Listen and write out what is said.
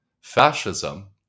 fascism